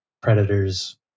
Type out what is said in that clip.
Predators